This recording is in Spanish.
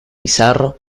pizarro